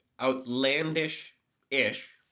outlandish-ish